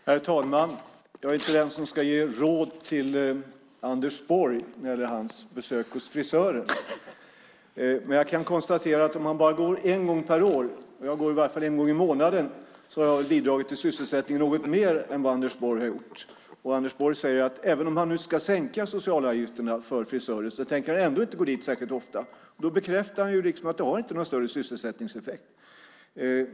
Herr talman! Jag är inte den som ska ge råd till Anders Borg när det gäller hans besök hos frisören. Men jag kan konstatera att han bara går en gång per år. Jag går i varje fall en gång i månaden, så jag har bidragit till sysselsättningen något mer än vad Anders Borg har gjort. Anders Borg säger att även om han nu sänker de sociala avgifterna för frisörerna tänker han ändå inte gå dit särskilt ofta. Då bekräftar han att det inte har någon större sysselsättningseffekt.